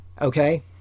okay